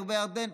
וירדן,